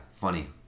funny